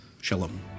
Shalom